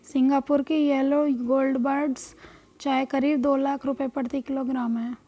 Singapore की yellow gold buds चाय करीब दो लाख रुपए प्रति किलोग्राम है